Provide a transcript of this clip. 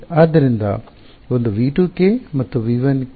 ಆದ್ದರಿಂದ ಒಂದು V2 ಕ್ಕೆ ಒಂದು V1 ಕ್ಕೆ